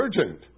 urgent